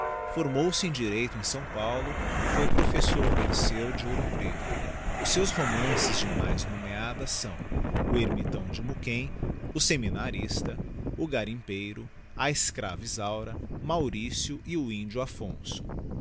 formou-se em direito em s paulo e foi professor no lyceu de ouro preto os seus romances de mais nomeada sâo o ermitão de muquem o seminarista o garimpeiro a escrava isaura maurício e o índio affonso